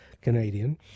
Canadian